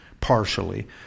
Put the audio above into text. partially